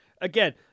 Again